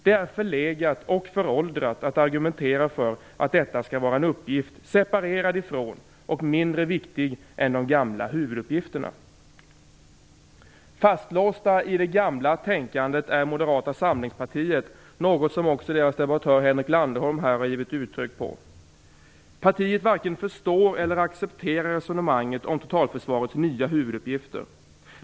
Det är förlegat och föråldrat att argumentera för att detta skall vara en uppgift separerad ifrån och mindre viktig än de gamla huvuduppgifterna. Moderaterna samlingspartiet är fastlåst i detta gamla tänkande. Något som också deras debattör Henrik Landerholm här har gett uttryck för. Partiet varken förstår eller accepterar resonemanget om totalförsvarets nya huvuduppgifter.